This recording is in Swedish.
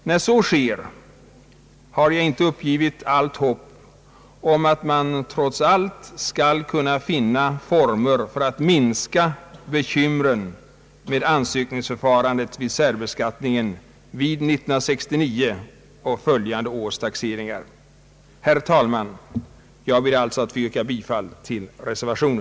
När så sker har jag inte uppgivit allt hopp om att man trots allt skall kunna finna former att minska bekymren med ansökningsförfarande vid särbeskattningen vid 1969 och följande års taxeringar. Herr talman! Jag vill alltså yrka bifall till reservationen.